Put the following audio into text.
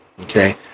Okay